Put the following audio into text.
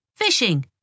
Fishing